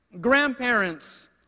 grandparents